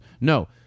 No